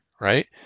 Right